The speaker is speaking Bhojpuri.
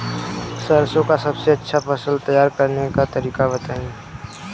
सरसों का सबसे अच्छा फसल तैयार करने का तरीका बताई